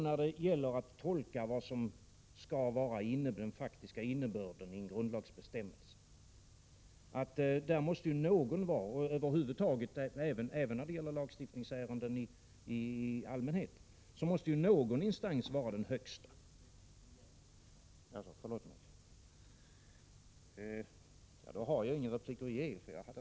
När det gäller att tolka vad som skall vara den faktiska innebörden i en grundlagsbestämmelse och även när det gäller lagstiftningsärenden i allmänhet, måste någon instans vara den högsta.